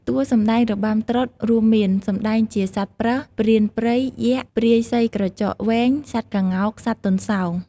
តួសម្ដែងរបាំត្រុដិរួមមាន សម្តែងជាសត្វប្រើស ព្រានព្រៃ យក្ស ព្រាយស្រីក្រចកវែង សត្វក្ងោក សត្វទន្សោង។